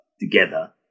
together